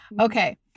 Okay